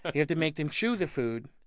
but you have to make them chew the food,